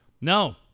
No